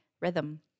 rhythm